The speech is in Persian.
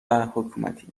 حکومتی